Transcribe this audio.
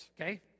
Okay